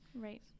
right